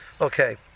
Okay